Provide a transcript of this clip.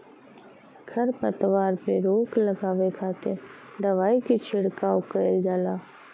खरपतवार पे रोक लगावे खातिर दवाई के छिड़काव कईल जाला